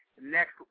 next